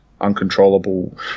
uncontrollable